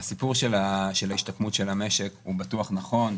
הסיפור של ההשתקמות של המשק הוא בטוח נכון,